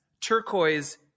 Turquoise